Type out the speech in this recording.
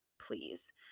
please